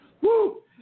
Woo